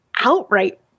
outright